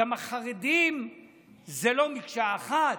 גם החרדים זה לא מקשה אחת,